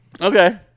Okay